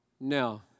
Now